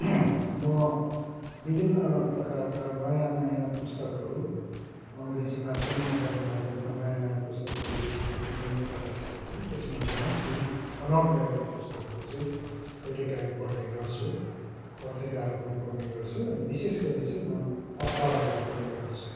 म विभिन्न प्रकारका नयाँ नयाँ पुस्तकहरू अङ्ग्रेजी माध्यम नेपाली माध्यमका नयाँ नयाँ पुस्तकहरू जति पनि प्रकाशित हुन्छन् त्यसमध्येमा केही छनौट गरेका पुस्तकहरू चाहिँ कहिले काहीँ पढ्ने गर्छु पत्रिकाहरू पनि पढ्ने गर्छु अनि विशेष गरी चाहिँ म अखबारहरू पढ्ने गर्छु